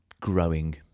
growing